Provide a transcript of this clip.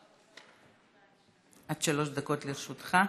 עד שלוש דקות לרשותך.